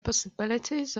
possibilities